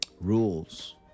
rules